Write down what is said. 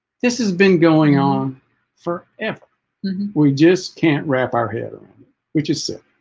this has been going on for ever we just can't wrap our head um which is sick